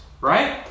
right